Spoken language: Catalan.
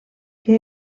que